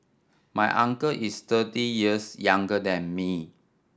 my uncle is thirty years younger than me